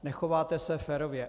Nechováte se férově.